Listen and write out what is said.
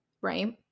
right